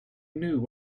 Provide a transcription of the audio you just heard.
knew